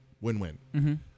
win-win